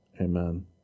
amen